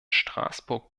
straßburg